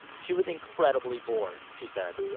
she was incredibly bored, she said.